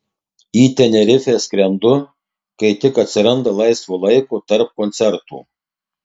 į tenerifę skrendu kai tik atsiranda laisvo laiko tarp koncertų